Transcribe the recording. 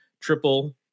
triple